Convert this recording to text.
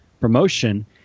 promotion